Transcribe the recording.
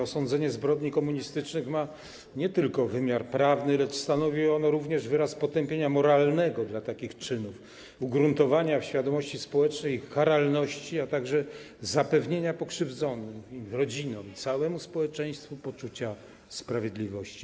Osądzenie zbrodni komunistycznych ma nie tylko wymiar prawny, lecz stanowi również wyraz potępienia moralnego dla takich czynów, ugruntowania w świadomości społecznej ich karalności, a także zapewnienia pokrzywdzonym, ich rodzinom i całemu społeczeństwu poczucia sprawiedliwości.